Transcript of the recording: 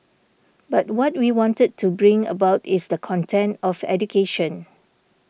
but what we wanted to bring about is the content of education